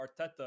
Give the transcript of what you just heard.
Arteta